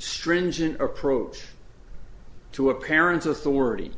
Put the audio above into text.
stringent approach to a parent's authority